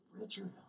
Richard